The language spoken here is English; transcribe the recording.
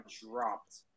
dropped